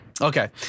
Okay